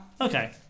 Okay